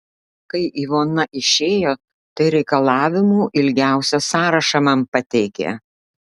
kai ivona išėjo tai reikalavimų ilgiausią sąrašą man pateikė